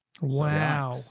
Wow